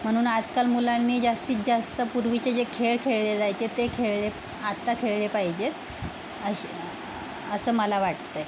म्हणून आसकाल मुलांनी जास्तीत जास्त पूर्वीचे जे खेळ खेळले जायचे ते खेळले आत्ता खेळले पाहिजेत अश असं मला वाटतंय